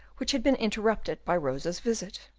which had been interrupted by rosa's visit.